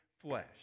flesh